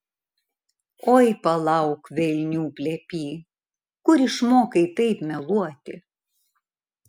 oi palauk velnių plepy kur išmokai taip meluoti